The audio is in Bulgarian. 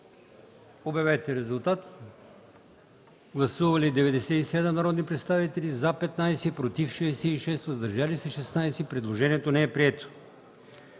да гласуваме. Гласували 137 народни представители: за 47, против 67, въздържали се 23. Предложението не е прието.